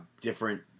different